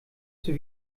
zur